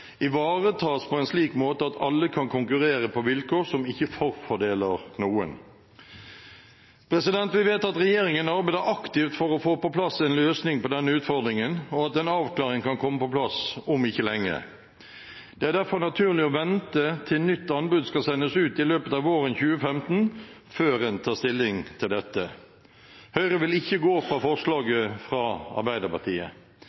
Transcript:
ivaretas på en slik måte at alle kan konkurrere på vilkår som ikke forfordeler noen. Vi vet at regjeringen arbeider aktivt for å få på plass en løsning på denne utfordringen, og at en avklaring kan komme på plass om ikke lenge. Det er derfor naturlig å vente til nytt anbud skal sendes ut i løpet av våren 2015 før en tar stilling til dette. Høyre vil ikke gå for forslaget fra